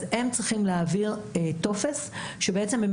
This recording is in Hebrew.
אז הם צריכים להעביר טופס שבעצם הם